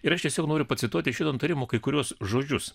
ir aš tiesiog noriu pacituoti šito nutarimo kai kuriuos žodžius